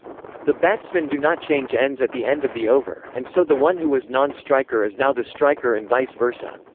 the batsmen do not change ends at the end of the over, and so the one who was non-striker is now the striker and vice-versa.